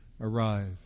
arrive